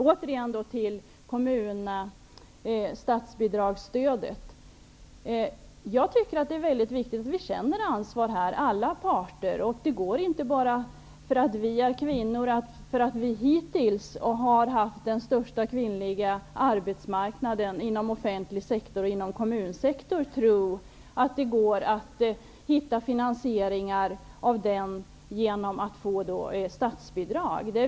När det gäller statsbidragsstödet tycker jag att det är mycket viktigt att alla parter känner ansvar. Det går inte bara, för att vi är kvinnor och för att den största kvinnliga arbetsmarknaden har varit inom offentlig sektor -- och inom kommunsektorn -- att tro att det går att hitta finansieringar genom statsbidraget.